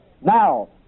Now